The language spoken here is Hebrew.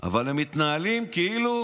אבל הם מתנהלים כאילו